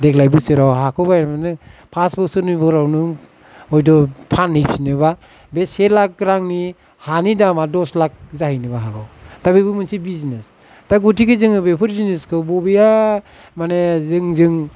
देग्लाय बोसोराव हाखौ बायनानै पास बोसोरनि उनाव नों हयत' फानहैफिनोबा बे से लाख रांनि हानि दामा दस लाख जाहैनोबो हागौ दा बेबो मोनसे बिजनेस दा गतिके जोङो बेफोर जिनिसखौ बबेया माने जोंजों